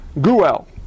Guel